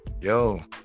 Yo